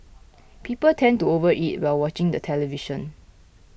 people tend to over eat while watching the television